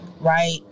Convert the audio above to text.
right